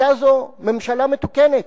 היתה זו ממשלה מתוקנת.